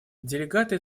делегаты